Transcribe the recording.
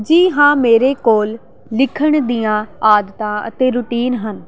ਜੀ ਹਾਂ ਮੇਰੇ ਕੋਲ ਲਿਖਣ ਦੀਆਂ ਆਦਤਾਂ ਅਤੇ ਰੂਟੀਨ ਹਨ